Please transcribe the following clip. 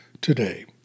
today